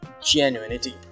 genuinity